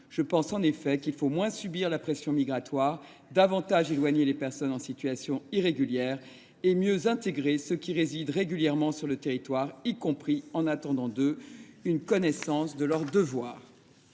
Je pense en effet qu’il faut moins subir la pression migratoire, davantage éloigner les personnes en situation irrégulière et mieux intégrer ceux qui résident régulièrement sur le territoire, y compris en attendant d’eux une connaissance de leurs devoirs.